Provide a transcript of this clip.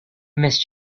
missed